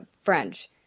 French